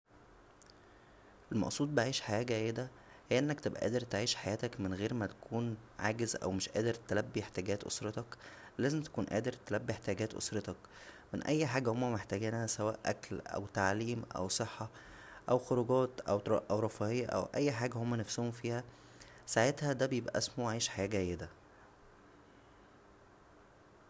المقصود بعيش حياه جيده هى انك تبقى قادر تعيش حياتك من غير ما تكون عاجز او مش قادر تلبى احتياجات اسرتك لازم تكون قادر تلبى احتياجات اسرتك من اى حاجه هما محتاجنها سواء اكل او تعليم او صحه او خروجات او رفاهيه او اى حاجه هما نفسهم فيها ساعتها دا بيبقى اسمه عيش حياه جيده